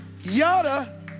Yada